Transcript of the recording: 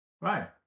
Right